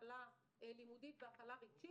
הכלה לימודית והכלה רגשית,